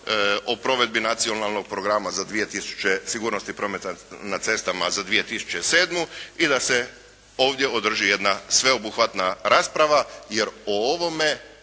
o provedbi Nacionalnog programa sigurnosti prometa na cestama za 2007. i da se ovdje održi jedna sveobuhvatna rasprava jer o ovome